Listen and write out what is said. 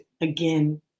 again